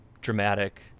dramatic